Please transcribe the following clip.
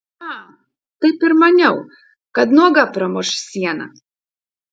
a taip ir maniau kad nuoga pramuš sieną